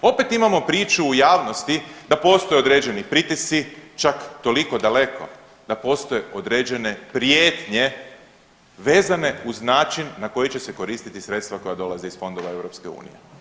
Opet imamo priču u javnosti da postoje određeni pritisci čak toliko daleko da postoje određene prijetnje vezane uz način na koji će se koristiti sredstva koja dolaze iz fondova EU.